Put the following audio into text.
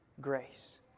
grace